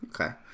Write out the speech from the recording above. okay